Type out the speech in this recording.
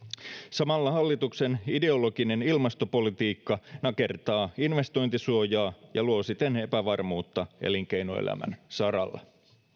samalla hallituksen ideologinen ilmastopolitiikka nakertaa investointisuojaa ja luo siten epävarmuutta elinkeinoelämän saralla